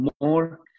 more